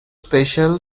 special